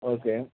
okay